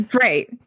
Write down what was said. right